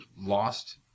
lost